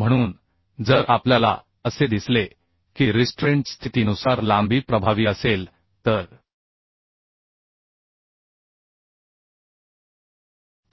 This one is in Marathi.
म्हणून जर आपल्याला असे दिसले की रिस्ट्रेंट स्थितीनुसार लांबी प्रभावी असेल तर